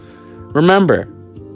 Remember